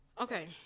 okay